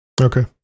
okay